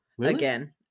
again